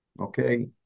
Okay